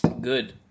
Good